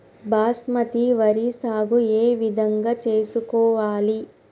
బాస్మతి వరి సాగు ఏ విధంగా చేసుకోవాలి?